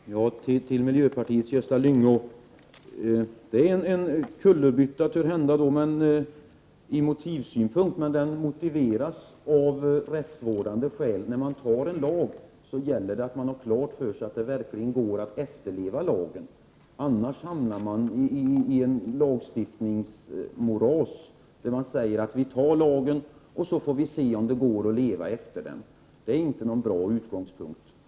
Fru talman! Jag vill till miljöpartiets Gösta Lyngå säga att det när det gäller motivet törhända är fråga om en kullerbytta, men det är betingat av rättsvårdande skäl. När man fattar beslut om en lag gäller det att ha klart för sig att det verkligen går att efterleva lagen. Man hamnar annars i ett lagstiftningsmoras där man säger: Vi fattar beslut om lagen, och sedan får vi se om det går att leva efter den. Detta är inte någon bra utgångspunkt.